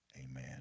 Amen